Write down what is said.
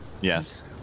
Yes